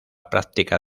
práctica